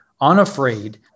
unafraid